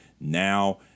now